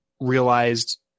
realized